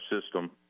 system